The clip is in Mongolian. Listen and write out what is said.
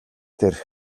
тэр